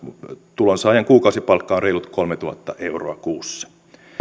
tulonsaajan kuukausipalkka on reilut kolmetuhatta euroa kuussa